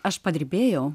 aš padirbėjau